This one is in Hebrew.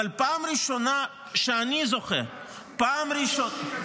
אבל פעם ראשונה שאני זוכר --- שחלק גדול